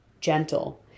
gentle